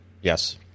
Yes